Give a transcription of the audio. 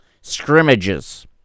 scrimmages